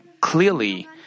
clearly